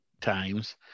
times